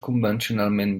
convencionalment